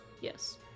Yes